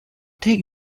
take